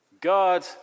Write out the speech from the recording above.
God